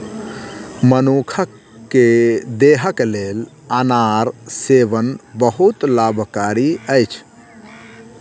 मनुख के देहक लेल अनार सेवन बहुत लाभकारी अछि